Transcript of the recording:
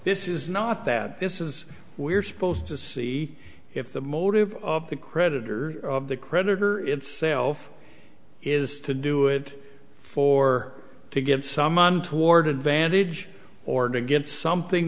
this is not that this is we're supposed to see if the motive of the creditors of the creditor itself is to do it for to get some untoward advantage or to get something